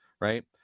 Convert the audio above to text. right